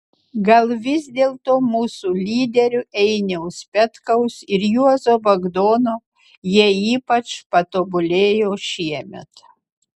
gal vis dėlto mūsų lyderių einiaus petkaus ir juozo bagdono jie ypač patobulėjo šiemet